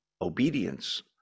Obedience